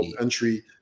entry